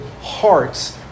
hearts